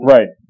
Right